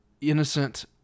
innocent